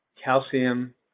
calcium